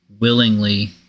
Willingly